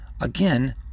again